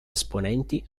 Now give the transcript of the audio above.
esponenti